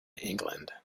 england